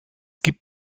gibt